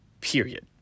period